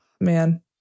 man